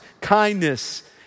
kindness